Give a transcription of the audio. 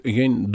geen